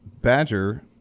badger